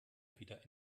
wieder